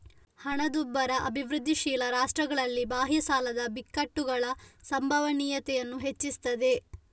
ಹಣದುಬ್ಬರ ಅಭಿವೃದ್ಧಿಶೀಲ ರಾಷ್ಟ್ರಗಳಲ್ಲಿ ಬಾಹ್ಯ ಸಾಲದ ಬಿಕ್ಕಟ್ಟುಗಳ ಸಂಭವನೀಯತೆಯನ್ನ ಹೆಚ್ಚಿಸ್ತದೆ